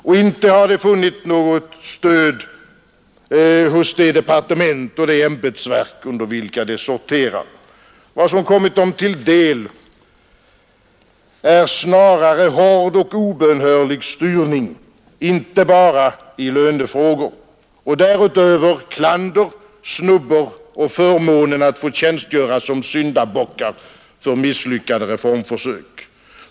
Och inte har de funnit något stöd hos det departement och det ämbetsverk under vilka de sorterar. Vad som kommit dem till del är snarare hård och obönhörlig styrning inte bara i lönefrågor och därutöver klander, snubbor och förmånen att få tjänstgöra som syndabockar för misslyckade reformförsök.